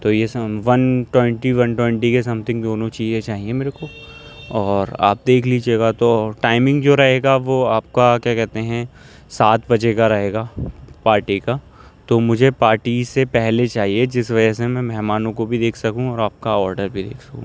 تو یہ some one twenty one twenty کے سم تھنگ دونوں چیزیں چاہیے میرے کو اور آپ دیکھ لیجیے گا تو ٹائمنگ جو رہے گا وہ آپ کا کیا کہتے ہیں سات بجے کا رہے گا پارٹی کا تو مجھے پارٹی سے پہلے چاہیے جس وجہ سے میں میں مہمانوں کو بھی دیکھ سکوں اور آپ کا آڈر بھی دیکھ سکوں